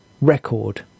record